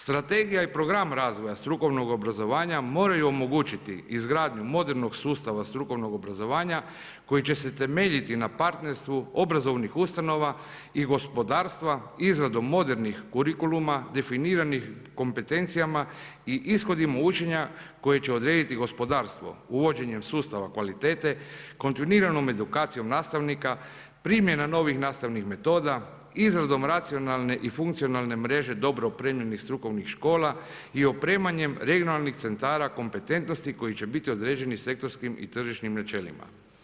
Strategija i program razvoja strukovnog obrazovanja moraju omogućiti izgradnju modernog sustava strukovnog obrazovanja, koji će se temeljiti na partnerstvu obrazovnih ustanova i gospodarstva izradom modernih kurikuluma definiranih kompetencijama i ishodima učenja koje će odrediti gospodarstvo uvođenjem sustava kvalitete, kontinuiranom edukacijom nastavnika, primjena novih nastavnih metoda, izradom racionalne i funkcionalne mreže dobro opremljenih strukovnih škola i opremanjem regionalnih centara kompetentnosti koji će biti određeni sektorskim i tržišnim načelima.